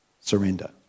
surrender